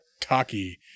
Taki